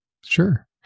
Sure